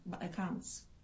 accounts